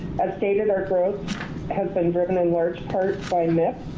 as stated, our growth has been driven in large part by mip.